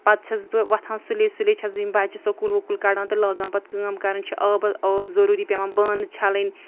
پَتہٕ چھَس بہٕ وۄتھان سُلے سُلے چھَس بہٕ یِم بَچہٕ سکوٗل وکول کَڑان تہٕ لاگان پَتہٕ کٲم کَرٕنۍ چھِ آبہٕ آب ضٔروٗری پٮ۪وان بانہٕ چھَلٕنۍ